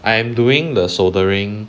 I am doing the soldering